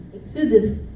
Exodus